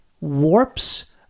warps